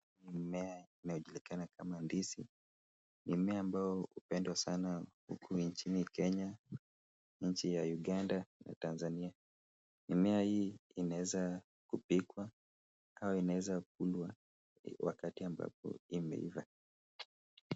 Mmea inayojulikana kama ndizi. Ni mmea unaopendwa sana huku nchini Kenya, nchi ya Uganda na Tanzania. Mimea hii inaweza kupikwa au inaweza kulwa wakati ambapo imeiva.